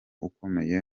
ukomeye